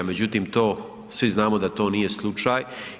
Međutim to, svi znamo da to nije slučaj.